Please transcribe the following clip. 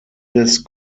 des